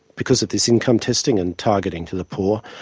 because of this income testing and targeting to the poor,